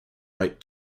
right